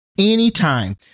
Anytime